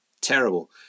Terrible